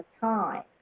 time